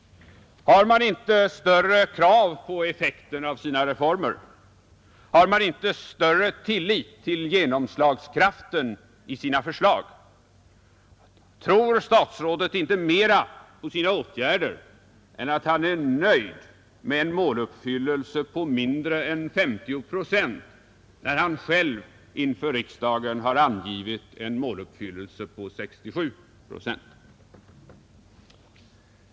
Har man inte större krav på effekten av sina reformer? Har man inte större tillit till genomslagskraften i sina förslag? Tror statsrådet inte mera på sina åtgärder än att han är nöjd med en måluppfyllelse på mindre än 50 procent, när han själv inför riksdagen har angivit en måluppfyllelse på 67 procent?